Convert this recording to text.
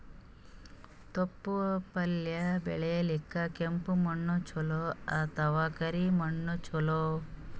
ತೊಪ್ಲಪಲ್ಯ ಬೆಳೆಯಲಿಕ ಕೆಂಪು ಮಣ್ಣು ಚಲೋ ಅಥವ ಕರಿ ಮಣ್ಣು ಚಲೋ?